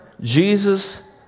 Jesus